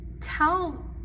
tell